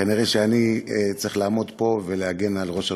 כנראה שאני צריך לעמוד פה ולהגן על ראש הממשלה,